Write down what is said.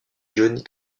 johnny